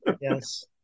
Yes